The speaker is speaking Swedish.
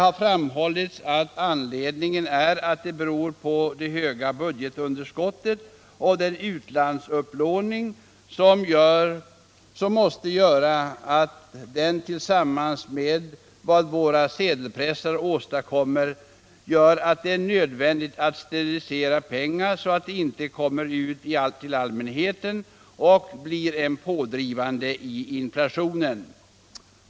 Det framhålls att anledningen är det höga budgetunderskottet och den utlandsupplåning som måste göras, och att detta, tillsammans med vad våra sedelpressar åstadkommer, gör det nödvändigt att sterilisera pengar, så att de inte kommer till allmänheten och blir en pådrivare i inflationen.